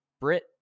Brit